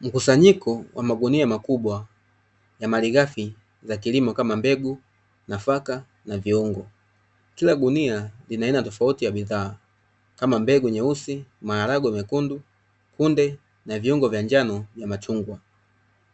Mkusanyiko wa magunia makubwa ya malighafi za kilimo kama: mbegu, nafaka na viungo. Kila gunia lina aina tofauti ya bidhaa kama: mbegu nyeusi, maharage mekundu, kunde na viungo vya njano vya machungwa;